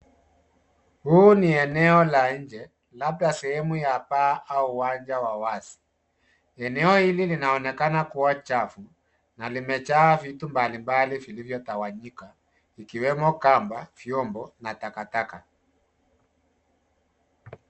Hili ni eneo la nje, labda sehemu ya baa au uwanja wa wazi. Eneo hili linaonekana kuwa chafu na limejaa vitu mbalimbali vilivyotawanyika, vikiwemo kamba, vyombo na takataka.